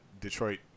Detroit